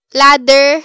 ladder